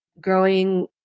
growing